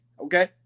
Okay